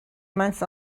months